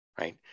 right